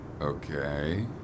Okay